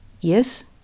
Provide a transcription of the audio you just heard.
Yes